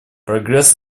прогресс